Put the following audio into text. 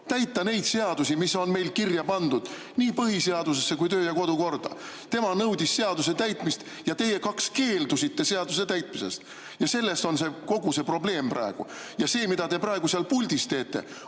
Täita neid seadusi, mis on kirja pandud nii põhiseaduses kui ka kodu- ja töökorras. Tema nõudis seaduse täitmist ja teie kaks keeldusite seaduse täitmisest ja sellest on kogu see probleem tekkinud. Ja see, mida te praegu seal puldis teete,